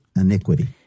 iniquity